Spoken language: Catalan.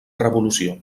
revolució